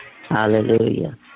Hallelujah